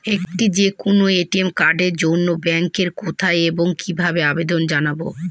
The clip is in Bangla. একটি যে কোনো এ.টি.এম কার্ডের জন্য ব্যাংকে কোথায় এবং কিভাবে আবেদন জানাব?